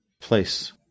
place